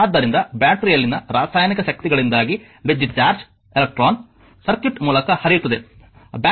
ಆದ್ದರಿಂದ ಬ್ಯಾಟರಿಯಲ್ಲಿನ ರಾಸಾಯನಿಕ ಶಕ್ತಿಗಳಿಂದಾಗಿ ವಿದ್ಯುತ್ ಚಾರ್ಜ್ ಎಲೆಕ್ಟ್ರಾನ್ ಸರ್ಕ್ಯೂಟ್ ಮೂಲಕ ಹರಿಯುತ್ತದೆ